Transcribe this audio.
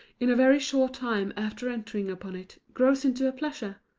in a very short time after entering upon it, grows into a pleasure,